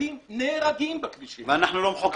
ילדים נהרגים בכבישים -- ואנחנו לא מחוקקים.